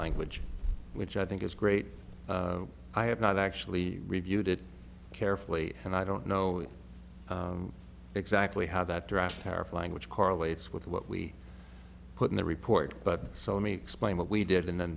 language which i think is great i have not actually reviewed it carefully and i don't know exactly how that draft tariff language correlates with what we put in the report but so me explain what we did and then